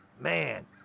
Man